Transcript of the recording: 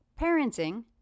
Parenting